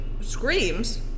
screams